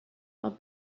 all